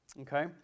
Okay